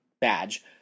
badge